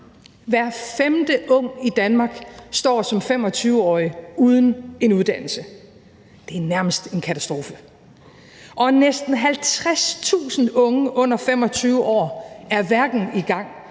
Hver femte ung i Danmark står som 25-årig uden en uddannelse – det er nærmest en katastrofe – og næsten 50.000 unge under 25 år er hverken i gang